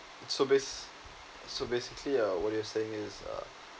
so bas~ so basically uh what you saying is uh